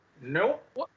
Nope